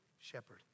shepherd